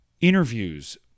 interviews